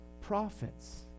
prophets